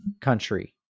country